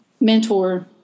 mentor